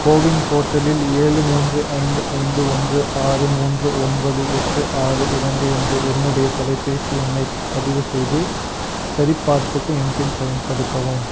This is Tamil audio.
கோவின் போர்ட்டலில் ஏழு மூன்று ஐந்து ஐந்து ஒன்று ஆறு மூன்று ஒன்பது எட்டு ஆறு இரண்டு என்ற என்னுடைய தொலைபேசி எண்ணைப் பதிவு செய்து சரிபார்ப்புக்கு எம்பிஎன் பயன்படுத்தவும்